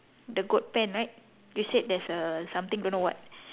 the goat pen right you said there's a something don't know what